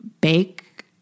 bake